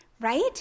right